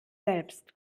selbst